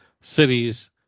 cities